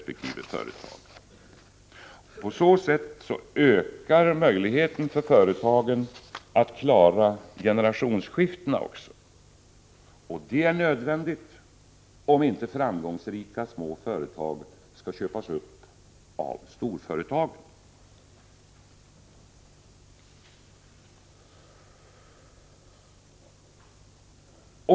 På så sätt ökar även möjligheterna för företagen att klara generationsskiftena. Detta är nödvändigt om inte framgångsrika små företag skall köpas upp av storföretag.